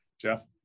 Jeff